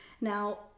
Now